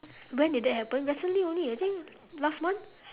when did that happened recently only I think last month